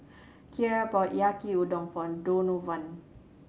Kierra bought Yaki Udon for Donovan